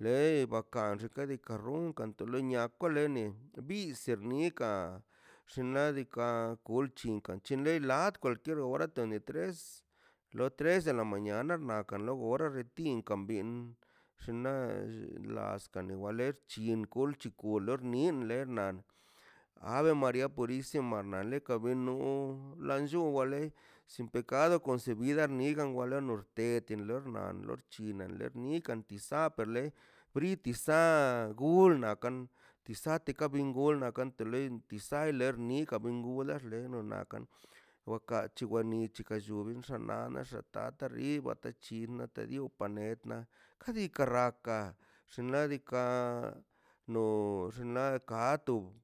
lei baka xinla runkan te lo niaka lenen bisernikan xinladika kulchi ranche ant kwalkier hora les las tres de la mañana nakan lo gora rati inkan bin laskane walexchi chigol ni chen wal gor mix aver maria purisma wa le wan llu wan le sin pecado concevida digan wale norten nar wa china nikan tisa priti sa gulna kan tisa kun gona gola kante loi tisa ler nikan ben gol axt leno gakan kat chiwa ni chiwa lluni xandalə xtata li watl da chinna tario panet na kadika raka xinladika no xinladika no ka